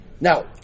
Now